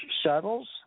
shuttles